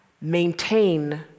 maintain